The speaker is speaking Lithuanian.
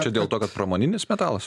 čia dėl to kad pramoninis metalas